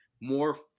more